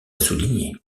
souligner